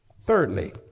Thirdly